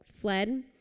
fled